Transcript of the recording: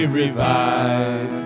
revive